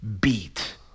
beat